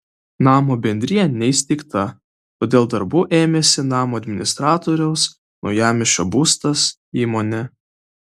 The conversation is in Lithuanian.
namo bendrija neįsteigta todėl darbų ėmėsi namo administratoriaus naujamiesčio būstas įmonė